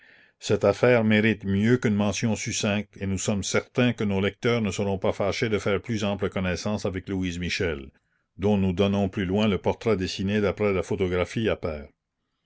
cette affaire mérite mieux qu'une mention succincte et nous sommes certains que nos lecteurs ne seront pas fâchés de faire plus ample connaissance avec louise michel dont nous donnons plus loin le portrait dessiné d'après la photographie appert